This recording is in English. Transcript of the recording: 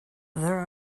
there